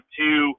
two